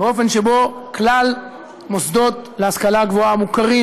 באופן שבו כלל המוסדות להשכלה גבוהה המוכרים